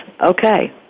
okay